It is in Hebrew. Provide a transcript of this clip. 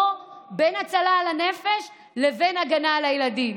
בין הצלה לנפש לבין הגנה על הילדים.